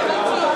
ההצעה